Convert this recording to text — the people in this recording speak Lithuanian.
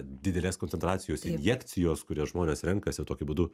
didelės koncentracijos injekcijos kurias žmonės renkasi tokiu būdu